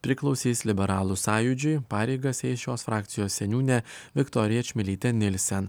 priklausys liberalų sąjūdžiui pareigas eis šios frakcijos seniūnė viktorija čmilytė nielsen